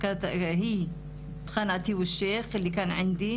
נשים שהילדים שלהן נרצחו, הילדים,